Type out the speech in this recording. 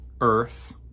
earth